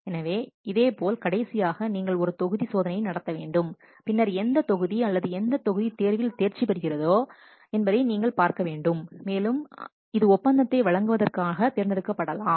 எனவே இதேபோல் கடைசியாக நீங்கள் ஒரு தொகுதி சோதனையை நடத்த வேண்டும் பின்னர் எந்த தொகுதி அல்லது எந்த தொகுதி தேர்வில் தேர்ச்சி பெறுகிறது என்பதை நீங்கள் பார்க்கலாம் மேலும் இது ஒப்பந்தத்தை வழங்குவதற்காக தேர்ந்தெடுக்கப்படலாம்